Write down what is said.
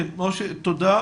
תודה.